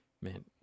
Man